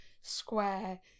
square